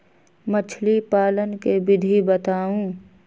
मछली पालन के विधि बताऊँ?